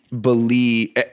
believe